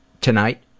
tonight